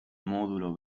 módulo